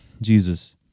Jesus